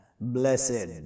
blessed